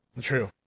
True